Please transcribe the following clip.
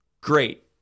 great